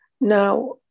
Now